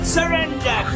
Surrender